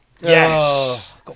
Yes